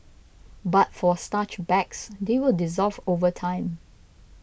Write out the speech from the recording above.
but for starch bags they will dissolve over time